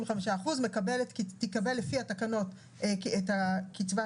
235%. -- תקבל לפי התקנות את קצבת